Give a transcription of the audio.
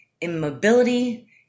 immobility